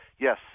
yes